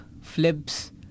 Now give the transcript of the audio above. flips